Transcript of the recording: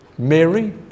mary